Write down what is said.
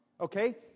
Okay